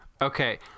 Okay